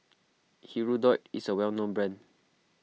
Hirudoid is a well known brand